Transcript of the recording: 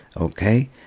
okay